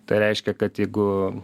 tai reiškia kad jeigu